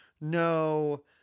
No